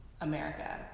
America